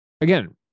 Again